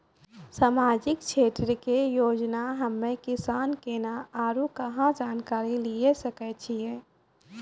समाजिक क्षेत्र के योजना हम्मे किसान केना आरू कहाँ जानकारी लिये सकय छियै?